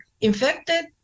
infected